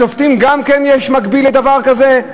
לשופטים גם יש דבר כזה,